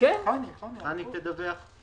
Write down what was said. חנ"י תדווח?